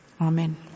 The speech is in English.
Amen